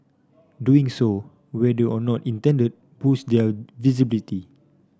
doing so whether or not intended boost their visibility